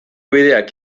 bideak